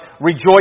rejoice